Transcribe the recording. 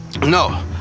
No